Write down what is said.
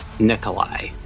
Nikolai